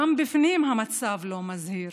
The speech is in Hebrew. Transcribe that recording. גם בפנים המצב לא מזהיר.